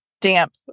damp